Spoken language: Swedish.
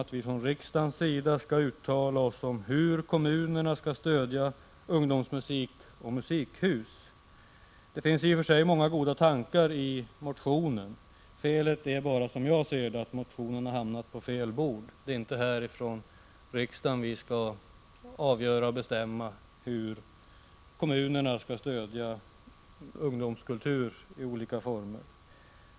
Vpk vill att riksdagen skall uttala sig om hur kommunerna skall stödja ungdomsmusik och musikhus. I och för sig finns det många goda tankar i motionen. Enligt min mening är felet bara det att motionen har hamnat på fel bord, eftersom det inte är riksdagen som skall bestämma hur kommunerna skall stödja ungdomskultur i olika former.